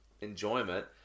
enjoyment